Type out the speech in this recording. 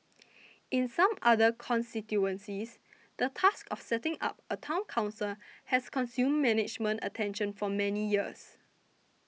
in some other constituencies the task of setting up a Town Council has consumed management attention for many years